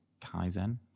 Kaizen